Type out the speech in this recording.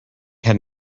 had